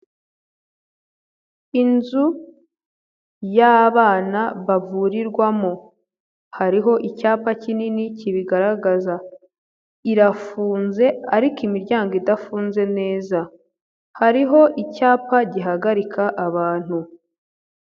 Inzu y'abana bavurirwamo hariho icyapa kinini kibigaragaza, irafunze ariko imiryango idafunze neza hariho icyapa gihagarika abantu.